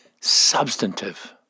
substantive